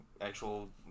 actual